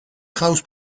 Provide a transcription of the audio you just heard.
house